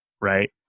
right